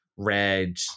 Red